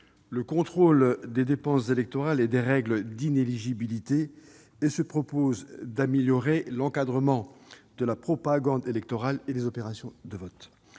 le contrôle des dépenses électorales et des règles d'inéligibilité. Enfin, ils améliorent l'encadrement de la propagande électorale et des opérations de vote.